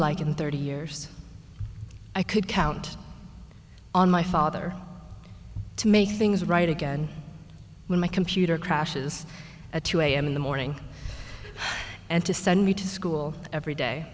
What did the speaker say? like in thirty years i could count on my father to make things right again when my computer crashes at two am in the morning and to send me to school every day